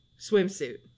Swimsuit